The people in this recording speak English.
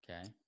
okay